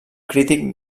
crític